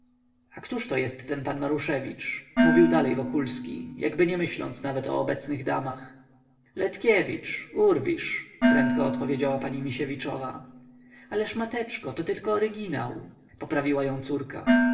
a któżto jest ten pan maruszewicz mówił dalej wokulski jakby nie myśląc nawet o obecnych damach letkiewicz urwisz prędko odpowiedziała pani misiewiczowa ależ mateczko to tylko oryginał poprawiła ją córka